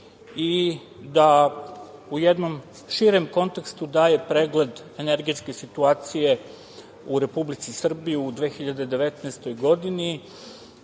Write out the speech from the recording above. i da u jednom širem kontekstu daje pregled energetske situacije u Republici Srbiji u 2019. godini.